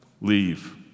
leave